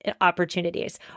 opportunities